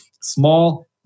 Small